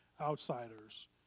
outsiders